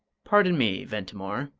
pardon me, ventimore,